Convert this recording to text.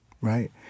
right